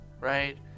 right